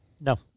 No